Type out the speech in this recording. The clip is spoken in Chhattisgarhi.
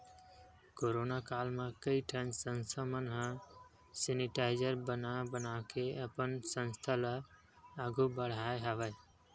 कोरोना काल म कइ ठन संस्था मन ह सेनिटाइजर बना बनाके अपन संस्था ल आघु बड़हाय हवय